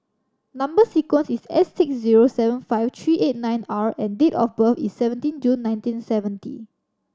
number sequence is S six zero seven five three eight nine R and date of birth is seventeen June nineteen seventy